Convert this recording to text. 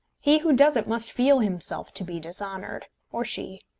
he who does it must feel himself to be dishonoured or she.